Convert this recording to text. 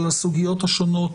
על הסוגיות השונות